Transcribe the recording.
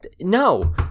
no